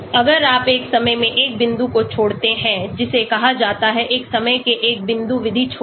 अगर आप एक समय में एक बिंदु को छोड़ते हैं जिसेकहां जाता है एक समय में एक बिंदु विधि छोड़ना